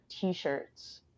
t-shirts